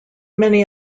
many